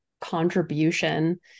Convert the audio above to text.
contribution